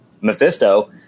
Mephisto